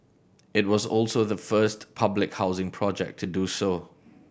it was also the first public housing project to do so